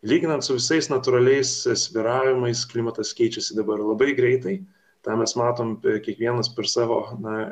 lyginant su visais natūraliais svyravimais klimatas keičiasi dabar labai greitai tą mes matom kiekvienas per savo na